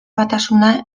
batasuna